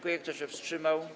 Kto się wstrzymał?